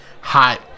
hot